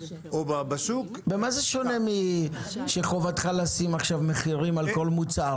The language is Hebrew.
או בשוק --- במה זה שונה מזה שחובתך לשים מחירים על כל מוצר?